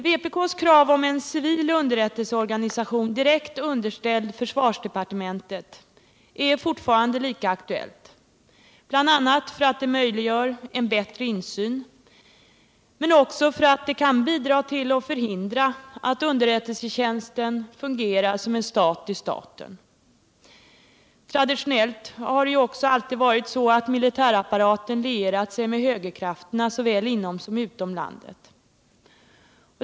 Vpk:s krav på en civil underrättelseorganisation direkt underställd Försvarspolitiken, försvarsdepartementet är fortfarande lika aktuellt, bl.a. därför att en sådan ordning skulle möjliggöra en bättre insyn men också därför att den kan bidra till att förhindra att underrättelsetjänsten fungerar som en stat i staten. Traditionellt har det ju alltid varit så att militärapparaten lierat sig med högerkrafterna såväl inom som utom landet.